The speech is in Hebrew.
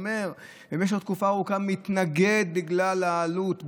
שבמשך תקופה ארוכה התנגד בגלל העלות,